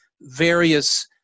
various